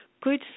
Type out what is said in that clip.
good